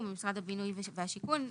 בין התגמולים והיכולת של בן אדם להשתקם כשהוא